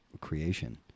creation